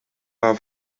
war